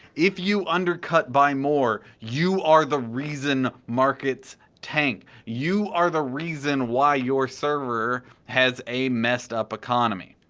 if you undercut by more, you are the reason markets tank. you are the reason why your server has a messed up economy.